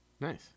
Nice